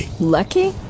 Lucky